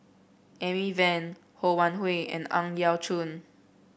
Amy Van Ho Wan Hui and Ang Yau Choon